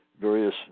various